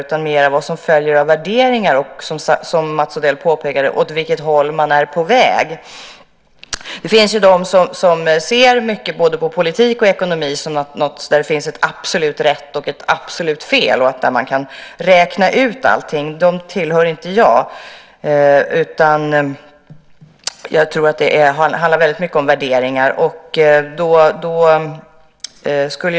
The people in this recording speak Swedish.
Det är mera vad som följer av värderingar och - som Mats Odell påpekade - åt vilket håll man är på väg. Det finns de som ser på både politik och ekonomi som att det finns ett absolut rätt och ett absolut fel och att man kan räkna ut allting. Dem tillhör inte jag. Jag tror att det handlar väldigt mycket om värderingar.